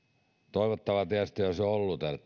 toivottavaa tietysti olisi ollut että täällä